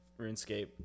RuneScape